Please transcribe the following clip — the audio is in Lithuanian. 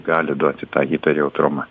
gali duoti tą hyper jautrumą